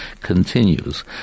continues